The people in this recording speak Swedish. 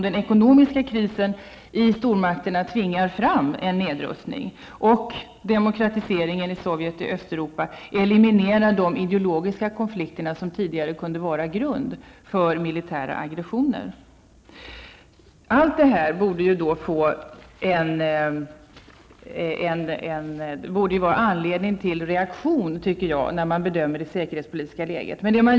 Den ekonomiska krisen i stormakterna tvingar fram en nedrustning, och demokratiseringen i Sovjet och i Östeuropa elimerar de ideologiska konflikter som tidigare kunde utgöra grund för militära agressioner. Allt detta borde vara anledning till reaktion när man bedömer det säkerhetspolitiska läget.